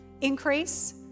increase